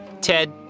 Ted